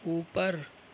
اوپر